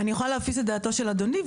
אני יכולה להפיס את דעתו של אדוני,